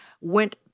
went